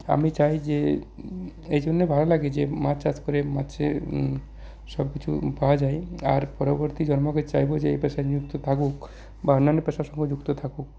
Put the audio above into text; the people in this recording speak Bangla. আমি চাই যে এই জন্যে ভালো লাগে যে মাছ চাষ করে মাছে সবকিছু পাওয়া যায় আর পরবর্তী জন্মকে চাইব যে এই পেশায় নিযুক্ত থাকুক বা অন্যান্য পেশার সঙ্গেও যুক্ত থাকুক